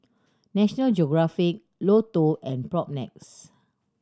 National Geographic Lotto and Propnex